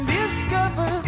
discover